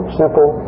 simple